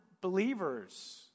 believers